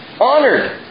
honored